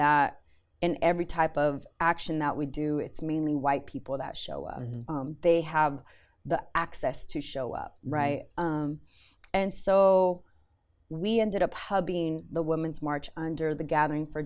that in every type of action that we do it's mainly white people that show they have the access to show up right and so we ended up being the women's march under the gathering for